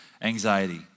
anxiety